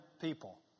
people